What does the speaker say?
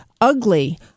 ugly